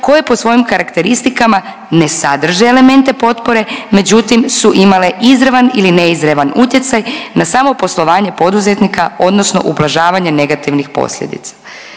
koje po svojim karakteristikama ne sadrže elemente potpore, međutim, su imale izravan ili neizravan utjecaj na samo poslovanje poduzetnika odnosno ublažavanje negativnih posljedica.